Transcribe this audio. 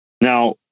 Now